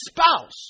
spouse